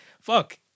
fuck